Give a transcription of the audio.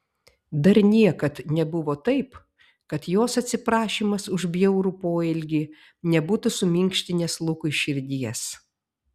dar niekad nebuvo taip kad jos atsiprašymas už bjaurų poelgį nebūtų suminkštinęs lukui širdies